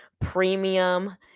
premium